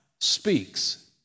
speaks